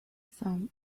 some